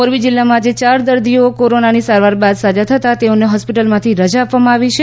મોરબી જિલ્લા માં આજે યાર દર્દીઓ કોરોના ની સારવાર બાદ સાજા થતાં તેઓને હોસ્પિટલમાથી રજા આપવામાં આવી છે